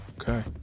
Okay